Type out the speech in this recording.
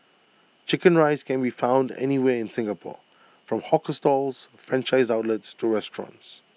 Chicken Rice can be found anywhere in Singapore from hawker stalls franchised outlets to restaurants